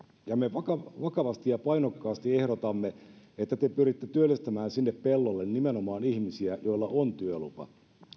ja me vakavasti ja painokkaasti ehdotamme että te pyritte työllistämään sinne pellolle nimenomaan ihmisiä joilla on työlupa